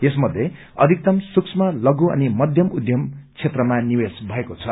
यसमध्ये अधिकतम सुक्ष्म लपु अनि मध्यम उयम क्षेत्रमा निवेश भएको छ